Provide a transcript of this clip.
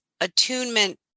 attunement